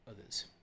others